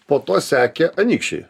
po to sekė anykščiai